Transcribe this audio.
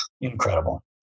Incredible